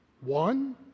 one